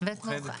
ומאוחדת